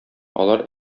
алар